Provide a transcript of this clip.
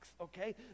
okay